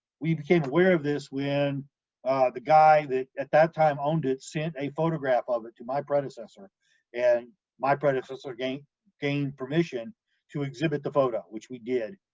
we became aware of this when the guy that at that time owned it sent a photograph of it to my predecessor and my predecessor gained gained permission to exhibit the photo, which we did.